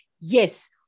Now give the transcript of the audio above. Yes